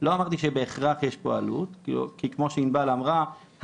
לא אמרתי שבהכרח יש פה עלות כי כמו שענבל אמרה,